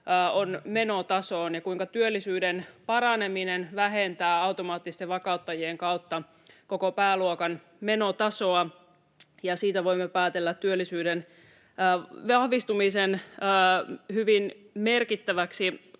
on menotasoon ja kuinka työllisyyden paraneminen vähentää automaattisten vakauttajien kautta koko pääluokan menotasoa, ja siitä voimme päätellä työllisyyden vahvistumisen hyvin merkittäväksi